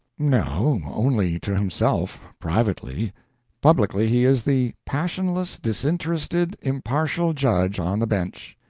no, only to himself, privately publicly he is the passionless, disinterested, impartial judge on the bench.